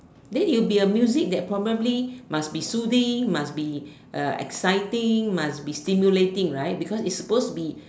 then you be a music that probably must be soothing must be uh exciting must be stimulating right because it's supposed to be